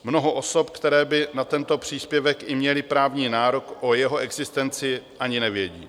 mnoho osob, které by na tento příspěvek měly právní nárok, o jeho existenci ani neví.